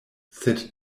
sed